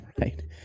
right